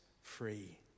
free